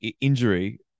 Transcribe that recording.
injury